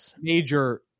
major